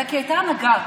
אלא כי הייתה הנהגה.